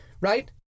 right